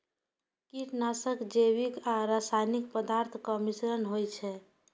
कीटनाशक जैविक आ रासायनिक पदार्थक मिश्रण होइ छै